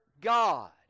God